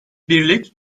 birlik